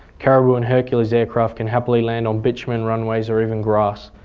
caribou and hercules aircraft can happily land on bitumen runways or even grass,